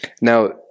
Now